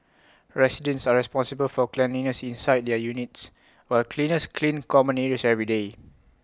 residents are responsible for cleanliness inside their units while cleaners clean common areas every day